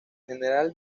general